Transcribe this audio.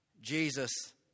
Jesus